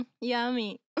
yummy